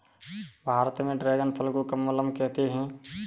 भारत में ड्रेगन फल को कमलम कहते है